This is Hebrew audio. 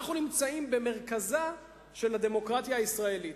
אנחנו נמצאים במרכזה של הדמוקרטיה הישראלית.